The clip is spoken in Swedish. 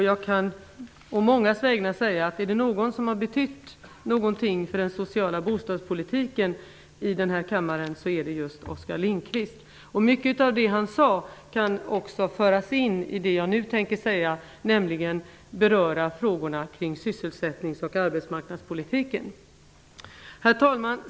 Jag kan å mångas vägnar säga att om någon har betytt någonting för den sociala bostadspolitiken här i kammaren, är det just Oskar Lindkvist. Mycket av det som han nyss sade stämmer också överens med det som jag nu tänker säga och som gäller frågor i sysselsättnings och arbetsmarknadspolitiken. Herr talman!